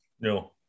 No